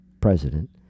president